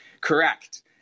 correct